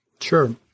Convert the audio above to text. Sure